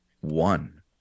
one